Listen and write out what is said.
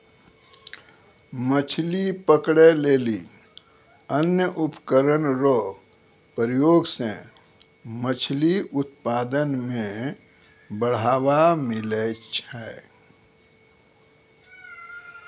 मछली पकड़ै लेली अन्य उपकरण रो प्रयोग से मछली उत्पादन मे बढ़ावा मिलै छै